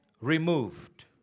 removed